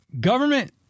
Government